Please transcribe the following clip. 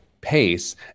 pace